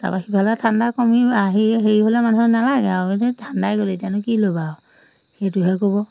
তাৰপৰা সিফালে ঠাণ্ডা কমি আহি হেৰি হ'লে মানুহক নালাগে আৰু এতিয়া ঠাণ্ডাই গ'ল এতিয়ানো কি ল'বা আৰু সেইটোহে ক'ব